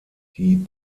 die